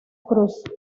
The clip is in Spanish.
cruz